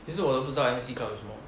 其实我都不知道 M_S_E club 有什么